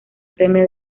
premio